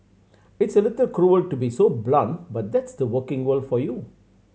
it's a little cruel to be so blunt but that's the working world for you